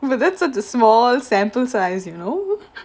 well that's a small sample size you know